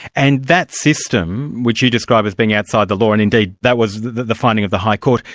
and that system, which you describe as being outside the law, and indeed that was the finding of the high court,